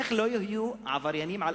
איך לא יהיו עבריינים?